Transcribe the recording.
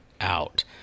out